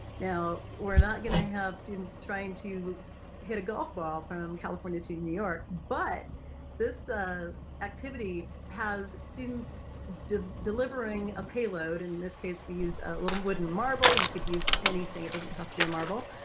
now we're not going to have students trying to hit a golf ball from california to new york but this activity has students delivering a payload, in this case we used a little wooden marble, you could use anything it doesn't have to be a marble.